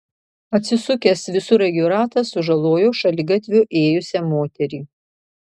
atsisukęs visureigio ratas sužalojo šaligatviu ėjusią moterį